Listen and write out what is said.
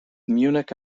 munich